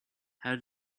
how